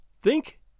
Think